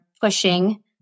pushing